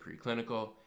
preclinical